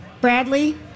Bradley